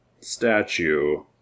statue